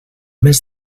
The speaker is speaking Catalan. mes